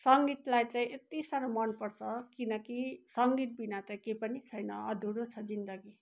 सङ्गीतलाई चाहिँ यत्ति साह्रो मन पर्छ किनकि सङ्गीत बिना चाहिँ केही पनि छैन अधुरो छ जिन्दगी